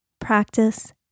practice